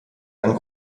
einen